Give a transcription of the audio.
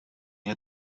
had